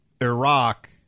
Iraq